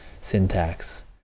syntax